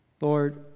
Lord